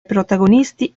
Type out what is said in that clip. protagonisti